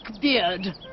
beard